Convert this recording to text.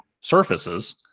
surfaces